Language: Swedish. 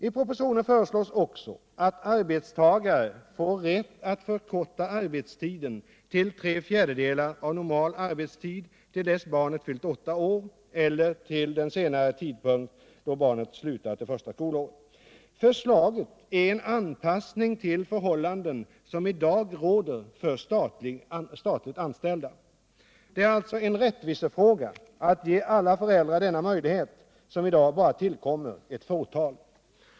I propositionen föreslås också att arbetstagare får rätt att förkorta arbetstiden tilltre fjärdedelar av normal arbetstid till dess barnet fyllt åtta år eller till den senare tidpunkt då barnet slutat det första skolåret. Förslaget är en anpassning till de förhållanden som i dag råder för statligt anställda. Det är alltså en rättvisefråga att ge alla föräldrar denna möjlighet som i dag bara tillkommer ett fåtal.